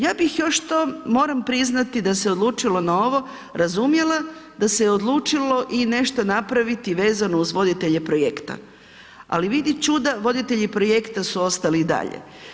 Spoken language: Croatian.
Ja bih još to moram priznati, da se odlučilo na ovo, da se odlučilo i nešto napraviti vezano uz voditelje projekta, ali vidi čuda voditelji projekta su ostali i dalje.